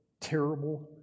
terrible